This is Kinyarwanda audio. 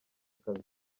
akazi